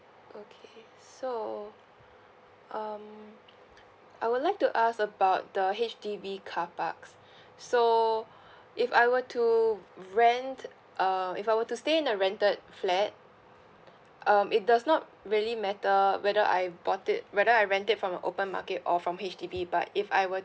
okay so um I would like to ask about the H_D_B car parks so if I were to rent uh if I were to stay in a rented flat um it does not really matter whether I bought it whether I rent it from an open market or from H_D_B but if I were